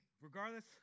Regardless